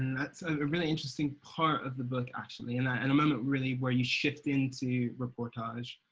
that's a really interesting part of the book actually, and and a moment really, where you shift into reportage,